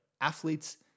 athletes